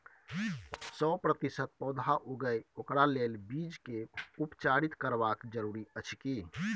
सौ प्रतिसत पौधा उगे ओकरा लेल बीज के उपचारित करबा जरूरी अछि की?